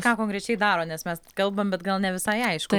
ką konkrečiai daro nes mes kalbam bet gal ne visai aišku